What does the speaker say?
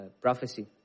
prophecy